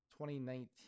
2019